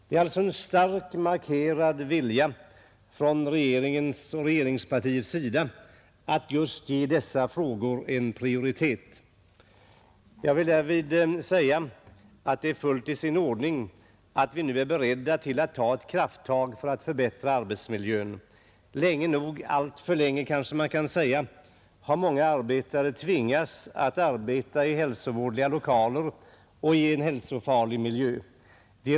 Det är en starkt markerad vilja från regeringen och regeringspartiet att ge just dessa frågor prioritet. Jag vill därvid säga att det är fullt i sin ordning att vi nu är beredda till att ta ett krafttag för att förbättra arbetsmiljön. Länge nog — alltför länge kanske man kan säga — har arbetare tvingats att vistas i hälsovådliga lokaler och i en hälsofarlig miljö.